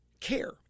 care